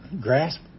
grasp